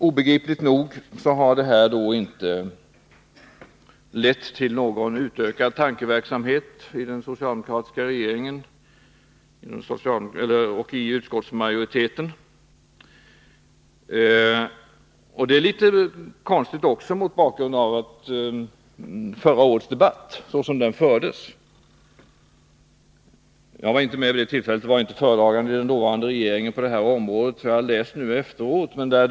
Obegripligt nog har inte den tid som gått lett till någon ökad tankeverksamhet i den socialdemokratiska regeringen eller hos utskottsmajoriteten. Det är litet konstigt också mot bakgrund av det sätt på vilket förra årets debatt fördes. Jag var inte med vid det tillfället, då jag inte var föredragande på detta område i den dåvarande regeringen, men jag har nu efteråt läst protokollet från debatten.